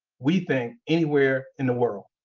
we think anywhere in the world.